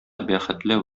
бәхетле